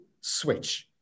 switch